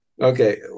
okay